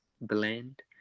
blend